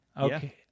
Okay